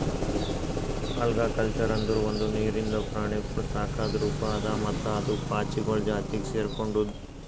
algaculture ಅಂದುರ್ ಒಂದು ನೀರಿಂದ ಪ್ರಾಣಿಗೊಳ್ ಸಾಕದ್ ರೂಪ ಅದಾ ಮತ್ತ ಅದು ಪಾಚಿಗೊಳ್ ಜಾತಿಗ್ ಸೆರ್ಕೊಂಡುದ್